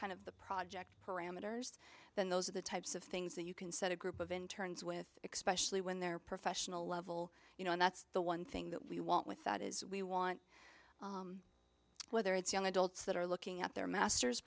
kind of the project parameters then those are the types of things that you can set a group of in turns with expression when they're professional level you know and that's the one thing that we want with that is we want whether it's young adults that are looking at their master's